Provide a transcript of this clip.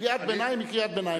קריאת ביניים היא קריאת ביניים.